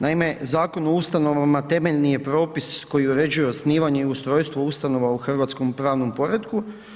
Naime, Zakon o ustanovama temeljni je propis koji uređuje osnivanje i ustrojstvo ustanova u hrvatskom pravnom poretku.